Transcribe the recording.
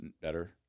better